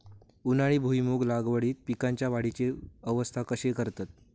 उन्हाळी भुईमूग लागवडीत पीकांच्या वाढीची अवस्था कशी करतत?